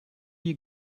you